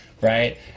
right